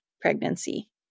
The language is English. pregnancy